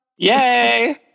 Yay